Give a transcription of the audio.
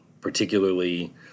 particularly